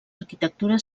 arquitectura